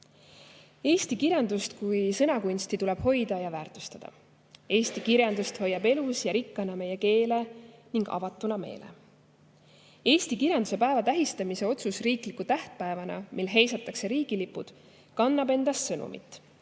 Eesti kirjandust kui sõnakunsti tuleb hoida ja väärtustada. Eesti kirjandus hoiab elus ja rikkana meie keele ning avatuna meele. Otsus tähistada eesti kirjanduse päeva riikliku tähtpäevana, mil heisatakse riigilipud, kannab endas sõnumit,